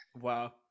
wow